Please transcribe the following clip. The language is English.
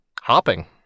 hopping